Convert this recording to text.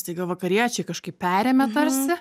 staiga vakariečiai kažkaip perėmė tarsi